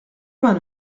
vingt